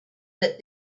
that